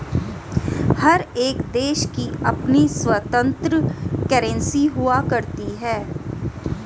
हर एक देश की अपनी स्वतन्त्र करेंसी हुआ करती है